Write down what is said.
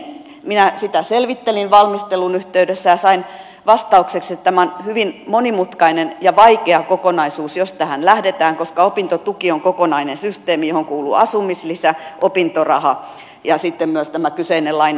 minä sitä selvittelin valmistelun yhteydessä ja sain vastaukseksi että tämä on hyvin monimutkainen ja vaikea kokonaisuus jos tähän lähdetään koska opintotuki on kokonainen systeemi johon kuuluu asumislisä opintoraha ja sitten myös tämä kyseinen lainatakaus